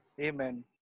Amen